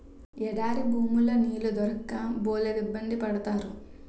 ఎడారి భూముల్లో నీళ్లు దొరక్క బోలెడిబ్బంది పడతారు